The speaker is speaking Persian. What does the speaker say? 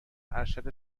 ارشد